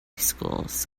schools